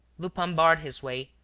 lupin barred his way,